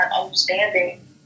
understanding